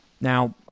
Now